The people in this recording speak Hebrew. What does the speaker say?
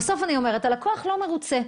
בסוף הלקוח לא מרוצה,